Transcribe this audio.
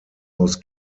aus